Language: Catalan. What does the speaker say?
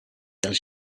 dels